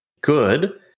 good